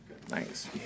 Thanks